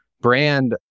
Brand